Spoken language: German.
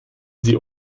sie